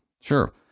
Sure